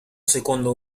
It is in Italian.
secondo